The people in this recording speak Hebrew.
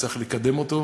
וצריך לקדם אותו,